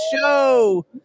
show